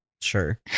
Sure